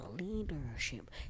leadership